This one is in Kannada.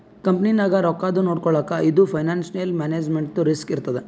ಕಂಪನಿನಾಗ್ ರೊಕ್ಕಾದು ನೊಡ್ಕೊಳಕ್ ಇದು ಫೈನಾನ್ಸಿಯಲ್ ಮ್ಯಾನೇಜ್ಮೆಂಟ್ ರಿಸ್ಕ್ ಇರ್ತದ್